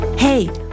Hey